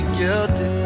guilty